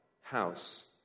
house